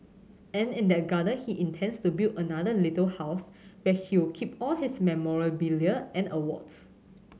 and in that garden he intends to build another little house where he'll keep all his memorabilia and awards